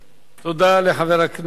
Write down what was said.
תודה לחבר הכנסת